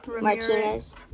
Martinez